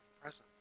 presence